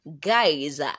guys